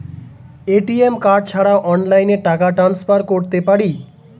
ATM card ছাড়া অনলাইনে টাকা টান্সফার করতে পারি?